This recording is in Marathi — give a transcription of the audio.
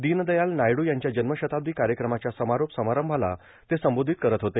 दोनदयाल नायडू यांच्या जन्मशताब्दो कायक्रमाच्या समारोप समारंभाला ते संबोधित करत होते